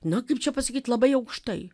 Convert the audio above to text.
na kaip čia pasakyti labai aukštai